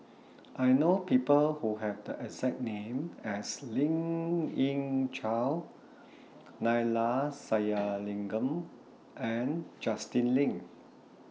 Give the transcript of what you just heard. I know People Who Have The exact name as Lien Ying Chow Neila Sathyalingam and Justin Lean